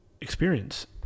experience